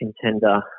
contender